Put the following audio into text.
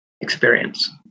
experience